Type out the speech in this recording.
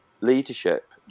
leadership